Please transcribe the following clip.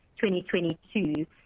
2022